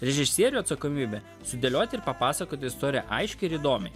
režisierių atsakomybė sudėlioti ir papasakoti istoriją aiškiai ir įdomiai